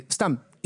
סתם,